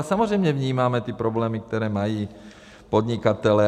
A samozřejmě vnímáme ty problémy, které mají podnikatelé.